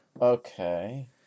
Okay